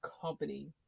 company